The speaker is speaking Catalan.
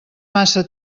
massa